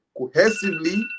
Cohesively